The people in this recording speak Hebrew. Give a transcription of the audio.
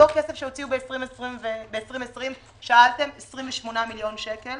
אותו כסף שהוציאו ב-2020 - 28 מיליון שקל